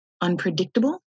unpredictable